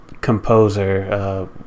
composer